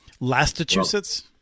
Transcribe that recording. Massachusetts